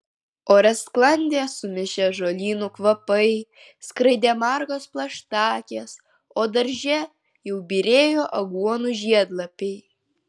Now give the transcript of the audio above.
ore sklandė sumišę žolynų kvapai skraidė margos plaštakės o darže jau byrėjo aguonų žiedlapiai